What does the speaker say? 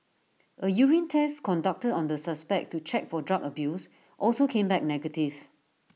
A urine test conducted on the suspect to check for drug abuse also came back negative